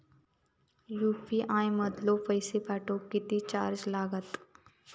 UPI मधलो पैसो पाठवुक किती चार्ज लागात?